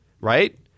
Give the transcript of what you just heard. right